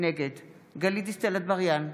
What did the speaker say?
נגד גלית דיסטל אטבריאן,